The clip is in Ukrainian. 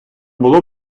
було